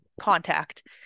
contact